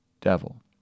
devil